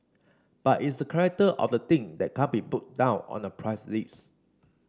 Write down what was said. but is the character of the thing that can't be put down on a price list